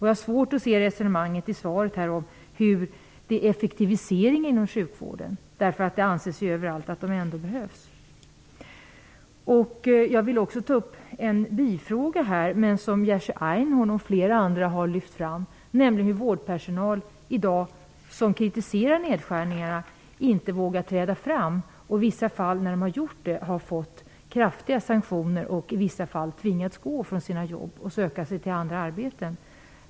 Jag har svårt att inse resonemanget i svaret om effektiviseringen inom sjukvården. Det anses ju över allt att vårdpersonalen behövs. Jag skulle också vilja ta upp en bifråga, en fråga som bl.a. Jerzy Einhorn lyft fram, nämligen hur vårdpersonal som i dag kritiserar nedskärningarna inte vågar träda fram. I vissa fall när personalen gjort det har den nämligen fått kraftiga sanktioner. I vissa fall har man också tvingats gå från sina jobb och söka sig till andra arbeten.